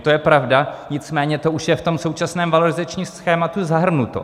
To je pravda, nicméně to už je v tom současném valorizačním schématu zahrnuto.